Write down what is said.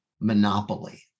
monopoly